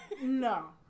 No